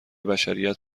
بشریت